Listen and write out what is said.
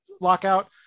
lockout